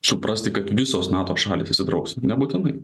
suprasti kad visos nato šalys įsitrauks nebūtinai